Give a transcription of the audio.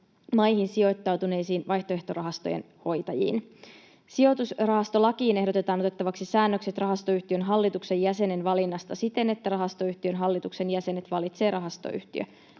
maihin sijoittautuneisiin vaihtoehtorahastojen hoitajiin. Sijoitusrahastolakiin ehdotetaan otettavaksi säännökset rahastoyhtiön hallituksen jäsenen valinnasta siten, että rahastoyhtiön hallituksen jäsenet valitsee rahastoyhtiö.